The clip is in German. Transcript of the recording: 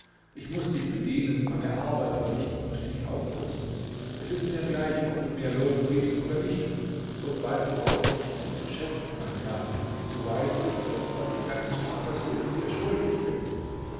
ich muß dich bedienen meine arbeit verrichten und dich aufputzen es ist mir gleich ob du mir lohn gibst oder nicht und weißt du auch mich nicht zu schätzen mein herr so weiß ich doch was ich deines vaters willen dir schuldig bin